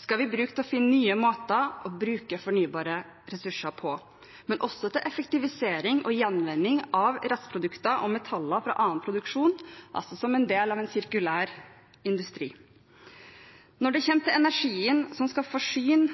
skal vi bruke til å finne nye måter å bruke fornybare ressurser på, men også til effektivisering og gjenvinning av restprodukter og metaller fra annen produksjon, altså som en del av en sirkulær industri. Når det kommer til energien som skal forsyne